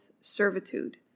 servitude